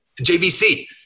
JVC